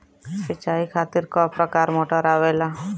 सिचाई खातीर क प्रकार मोटर आवेला?